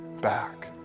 back